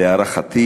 להערכתי,